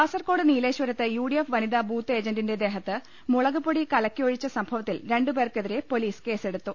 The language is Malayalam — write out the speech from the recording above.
കാസർകോട് നീലേശ്വരത്ത് യുഡിഎഫ് വനിതാ ബൂത്ത് ഏജന്റിന്റെ ദേഹത്ത് മുളക്പൊടി കലക്കി ഒഴിച്ച സംഭവത്തിൽ രണ്ട് പേർക്കെതിരെ പൊലീസ് കേസെടുത്തു